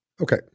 Okay